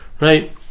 right